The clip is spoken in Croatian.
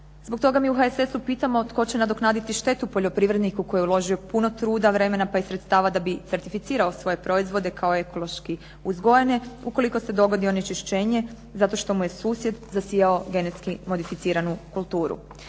Zbog toga mi u HSS-u pitamo tko će nadoknaditi štetu poljoprivredniku koji je uložio puno truda, vremena, pa i sredstava da bi certificirao svoje proizvode kao ekološki uzgojene ukoliko se dogodi onečišćenje zato što mu je susjed zasijao genetski modificiranu kulturu.